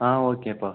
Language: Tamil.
ஆ ஓகேப்பா